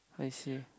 I see